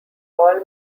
all